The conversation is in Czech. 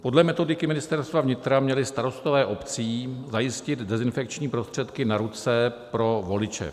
Podle metodiky Ministerstva vnitra měli starostové obcí zajistit dezinfekční prostředky na ruce pro voliče.